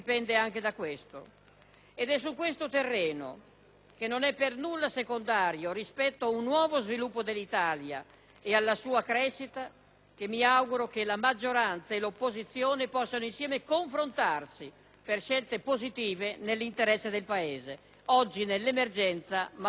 Ed è su questo terreno, che non è per nulla secondario rispetto ad un nuovo sviluppo dell'Italia e alla sua crescita, che mi auguro che la maggioranza e l'opposizione possano insieme confrontarsi per scelte positive nell'interesse del Paese, oggi nell'emergenza, ma guardando più in là.